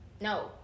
No